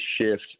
shift